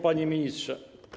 Panie Ministrze!